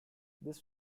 this